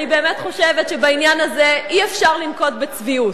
אני באמת חושבת שבעניין הזה אי-אפשר לנקוט צביעות.